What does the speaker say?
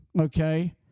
okay